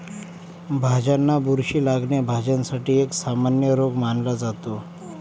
भाज्यांना बुरशी लागणे, भाज्यांसाठी एक सामान्य रोग मानला जातो